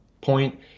point